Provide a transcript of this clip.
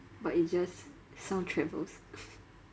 but it's just sound travels